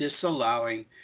disallowing